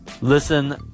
Listen